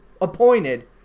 appointed